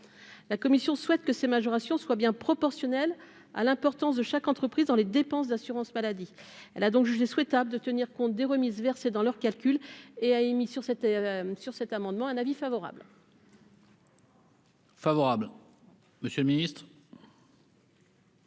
la commission souhaite que ces majorations soit bien proportionnelle à l'importance de chaque entreprise dans les dépenses d'assurance maladie, elle a donc jugé souhaitable de tenir compte des remises verser dans leurs calculs et a émis sur cette sur cet amendement, un avis favorable. Favorable. Monsieur le Ministre.